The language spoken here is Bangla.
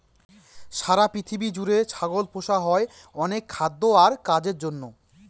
সারা পৃথিবী জুড়ে ছাগল পোষা হয় অনেক খাদ্য আর কাজের জন্য